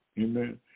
Amen